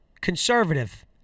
conservative